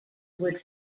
would